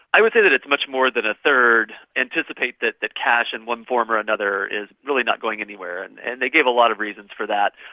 i would say that it is much more than a third anticipate that that cash in one form or another is really not going anywhere, and and they gave a lot of reasons for that.